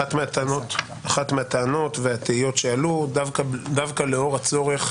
אחת מהטענות והתהיות שעלו, דווקא לאור הצורך